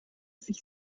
sich